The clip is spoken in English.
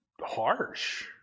harsh